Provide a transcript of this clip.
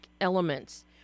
elements